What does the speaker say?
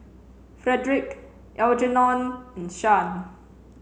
Fredrick Algernon and Shan